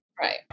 Right